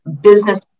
business